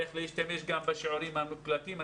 איך להשתמש בשיעורים המוקלטים.